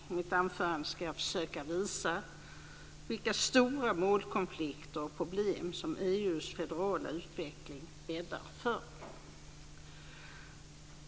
I mitt anförande ska jag försöka visa vilka stora målkonflikter och problem som EU:s federala utveckling bäddar för.